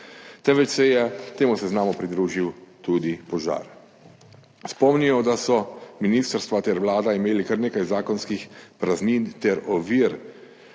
temveč se je temu seznamu pridružil tudi požar. Spomnimo se, da so ministrstva ter Vlada imeli kar nekaj zakonskih praznin ter ovir,